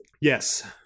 Yes